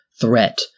threat